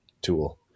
tool